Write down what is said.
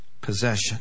possession